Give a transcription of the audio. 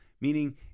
Meaning